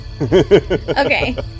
Okay